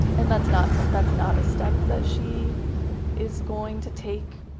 and that's not so that's not a step that she is going to take,